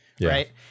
right